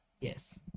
Yes